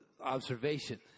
observation